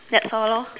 that's all lor